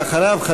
ואחריו,